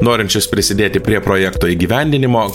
norinčius prisidėti prie projekto įgyvendinimo